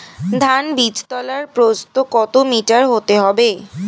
ধান বীজতলার প্রস্থ কত মিটার হতে হবে?